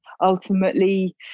ultimately